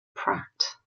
pratt